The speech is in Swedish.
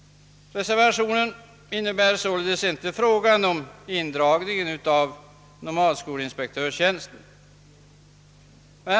Reservationen motiveras alltså inte av förslaget om indragning av nomadskolinspektörstjänsten.